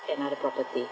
another property